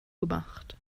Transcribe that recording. gemacht